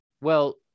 Well-